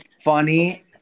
Funny